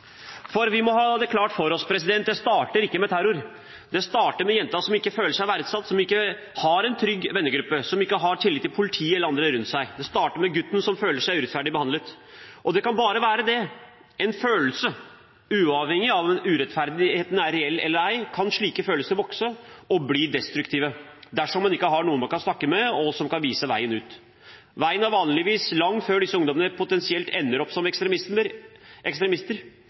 For det må vi ha klart for oss: Det starter ikke med terror. Det starter med jenta som ikke føler seg verdsatt, som ikke har en trygg vennegruppe, som ikke har tillit til politiet eller andre rundt seg. Det starter med gutten som føler seg urettferdig behandlet. Og det kan være bare det – en følelse. Uavhengig av om urettferdigheten er reell eller ei, kan slike følelser vokse og bli destruktive dersom man ikke har noen man kan snakke med, og som kan vise veien ut. Veien er vanligvis lang før disse ungdommene potensielt ender opp som ekstremister.